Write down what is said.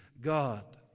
God